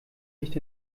nicht